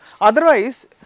otherwise